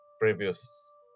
previous